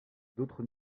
d’autres